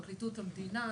פרקליטות המדינה,